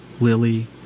lily